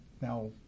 now